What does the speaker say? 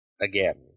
again